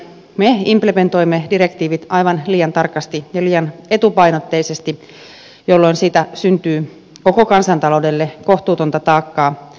me implementoimme direktiivit aivan liian tarkasti ja liian etupainotteisesti jolloin siitä syntyy koko kansantaloudelle kohtuutonta taakkaa